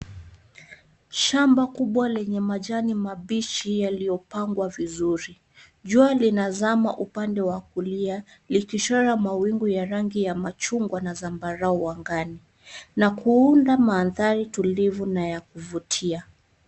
Shamba kubwa lenye majani mabichi yaliyopangwa vizuri. Jua linazama upande wa kulia likichora mawingu ya rangi ya machungwa na zambarau angani na kuunda mandhari tulivu na ya kuvutia.